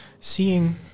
seeing